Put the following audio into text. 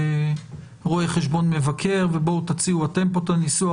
רואה חשבון מבקר ובואו תציעו אתם את הניסוח.